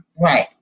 Right